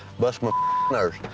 bust my nerves.